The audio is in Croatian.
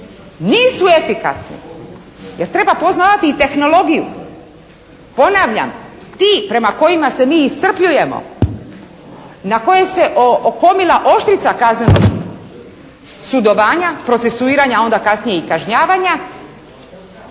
nisu efikasni, jer treba poznavati i tehnologiju. Ponavljam ti prema kojima se mi iscrpljujemo, na koje se okomila oštrica kaznenog sudovanja, procesuiranja, a onda kasnije i kažnjavanja,